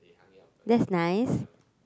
that's nice